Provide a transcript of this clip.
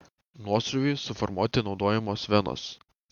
nuosrūviui suformuoti naudojamos venos